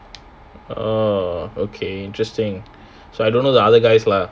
oh okay interesting so I don't know the other guys lah